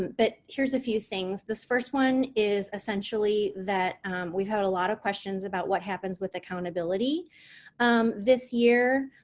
but here's a few things. this first one is essentially that we've had a lot of questions about what happens with accountability this year,